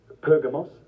Pergamos